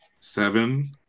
Seven